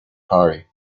harry